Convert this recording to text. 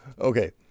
Okay